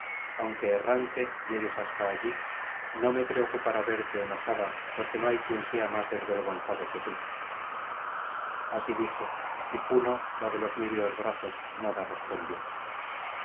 aunque errante llegues hasta allí no me preocupará verte enojada porque no hay quien sea más desvergonzado que tú así dijo y juno la de los niveos brazos nada respondió